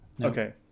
okay